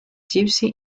gypsy